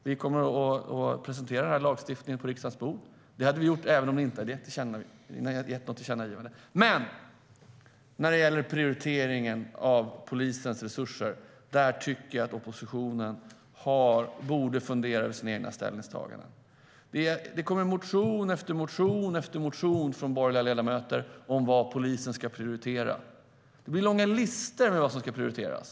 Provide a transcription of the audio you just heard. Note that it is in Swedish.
Vi kommer att lägga fram denna lagstiftning på riksdagens bord. Det hade vi gjort även utan ert tillkännagivande. När det gäller prioriteringen av polisens resurser borde oppositionen fundera över sina ställningstaganden. Det kommer motion på motion från borgerliga ledamöter om vad polisen ska prioritera. Det blir långa listor med vad som ska prioriteras.